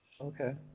Okay